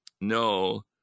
no